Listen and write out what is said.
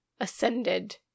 ascended